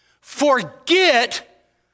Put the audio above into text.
Forget